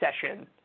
session